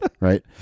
right